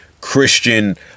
Christian